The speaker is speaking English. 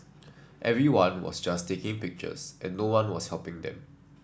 everyone was just taking pictures and no one was helping them